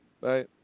Right